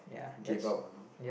gave up on